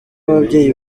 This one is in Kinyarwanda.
ababyeyi